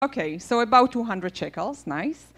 אוקיי, אז כמעט 200 שקל, יפה.